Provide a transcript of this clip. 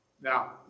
Now